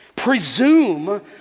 presume